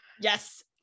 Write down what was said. Yes